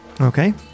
Okay